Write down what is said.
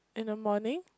in the morning